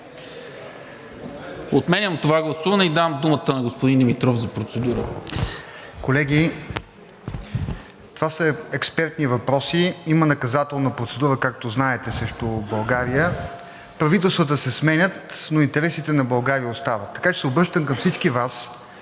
Отменям това гласуване и давам думата на господин Димитров за процедура. ДОКЛАДЧИК МАРТИН ДИМИТРОВ: Колеги, това са експертни въпроси. Има наказателна процедура, както знаете, срещу България. Правителствата се сменят, но интересите на България остават. Така че се обръщам към всички Вас